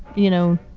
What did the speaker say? you know,